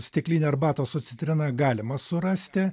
stiklinė arbatos su citrina galima surasti